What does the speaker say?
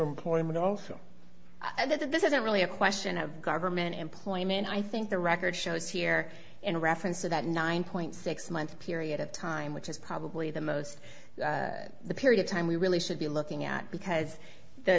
employment also i think that this isn't really a question of government employment i think the record shows here in reference to that nine point six month period of time which is probably the most the period of time we really should be looking at because